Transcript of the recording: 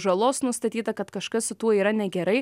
žalos nustatyta kad kažkas su tuo yra negerai